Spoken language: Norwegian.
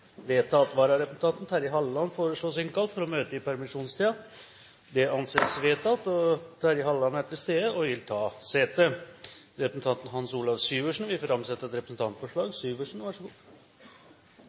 innvilges. Vararepresentanten Terje Halleland innkalles for å møte i permisjonstiden. Terje Halleland er til stede og vil ta sete. Representanten Hans Olav Syversen vil framsette et representantforslag.